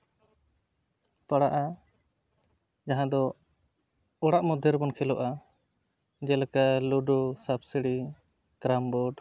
ᱯᱟᱲᱟᱜᱼᱟ ᱡᱟᱦᱟᱸ ᱫᱚ ᱚᱲᱟᱜ ᱢᱚᱫᱽᱫᱷᱮ ᱨᱮᱵᱚᱱ ᱠᱷᱮᱞᱳᱜᱼᱟ ᱡᱮᱞᱮᱠᱟ ᱞᱩᱰᱩ ᱥᱟᱯ ᱥᱤᱲᱤ ᱠᱨᱟᱢ ᱵᱳᱨᱰ